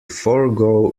forego